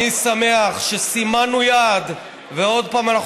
אני שמח שסימנו יעד ועוד פעם אנחנו